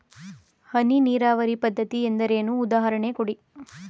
ಹನಿ ನೀರಾವರಿ ಪದ್ಧತಿ ಎಂದರೇನು, ಉದಾಹರಣೆ ಕೊಡಿ?